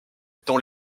tant